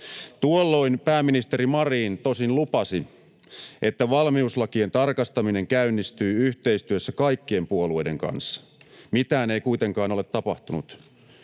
Tuolloin pääministeri Marin tosin lupasi, että valmiuslakien tarkastaminen käynnistyy yhteistyössä kaikkien puolueiden kanssa. Mitään ei kuitenkaan ole tapahtunut.